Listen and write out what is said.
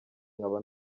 nkaba